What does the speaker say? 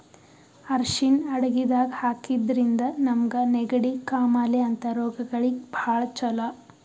ಅರ್ಷಿಣ್ ಅಡಗಿದಾಗ್ ಹಾಕಿದ್ರಿಂದ ನಮ್ಗ್ ನೆಗಡಿ, ಕಾಮಾಲೆ ಅಂಥ ರೋಗಗಳಿಗ್ ಭಾಳ್ ಛಲೋ